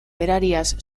berariaz